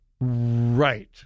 right